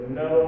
no